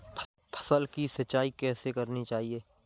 फसल की सिंचाई कैसे करनी चाहिए?